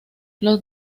los